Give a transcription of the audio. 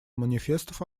манифестов